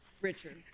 Richard